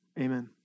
Amen